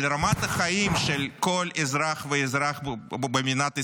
על רמת החיים של כל אזרח ואזרח במדינת ישראל,